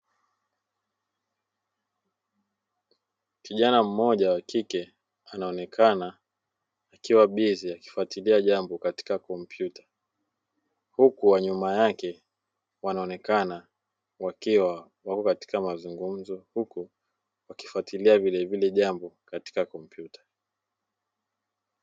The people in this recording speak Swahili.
Kijana mmoja wakike anaonekana akiwa bize kufuatilia jambo katika kompyuta, huku wa nyuma yake wanaonekana wakiwa wako katika mazungumzo huku wakifuatilia vilevile jambo katika kompyuta.